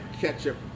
ketchup